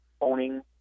owning